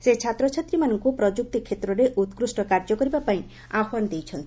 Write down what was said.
ସେ ଛାତ୍ରଛାତ୍ରୀମାନଙ୍କୁ ପ୍ରଯୁକ୍ତି କ୍ଷେତ୍ରରେ ଉକ୍କୃଷ୍ଟ କାର୍ଯ୍ୟ କରିବାପାଇଁ ଆହ୍ୱାନ ଦେଇଛନ୍ତି